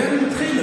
כן, אני מתחיל.